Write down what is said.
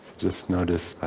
just notice